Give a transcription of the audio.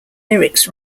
lyrics